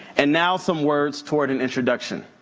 and now some words toward an introduction.